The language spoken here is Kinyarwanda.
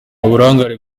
uburangare